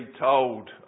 told